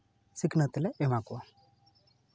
ᱥᱤᱠᱷᱱᱟᱹᱛ ᱞᱮ ᱮᱢᱟ ᱠᱚᱣᱟ